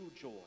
joy